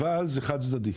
אבל זה חד צדדי.